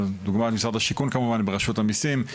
משרד השיכון והבינוי ורשות המיסים,